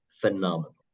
phenomenal